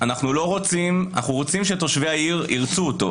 אנחנו רוצים שתושבי העיר ירצו אותו,